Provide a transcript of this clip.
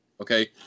okay